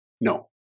No